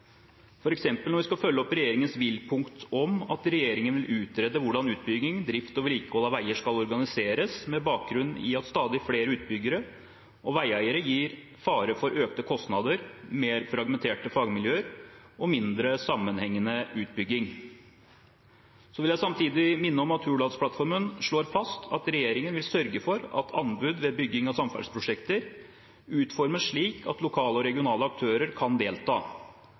når vi skal følge opp regjeringens vil-punkt om at regjeringen vil: «Utrede hvordan utbygging, drift og vedlikehold av veier skal organiseres. med bakgrunn i at stadig flere utbyggere og veieiere gir fare for økte kostnader, mer fragmenterte fagmiljøer og mindre sammenhengende utbygging.» Jeg vil samtidig minne om at Hurdalsplattformen slår fast at regjeringen vil sørge for at anbud ved bygging av samferdselsprosjekter utformes slik at lokale og regionale aktører kan delta,